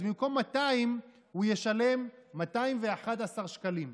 אז במקום 200 הוא ישלם 211 שקלים,